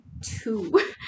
two